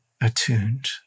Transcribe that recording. attuned